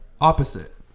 Opposite